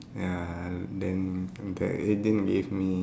ya then they didn't give me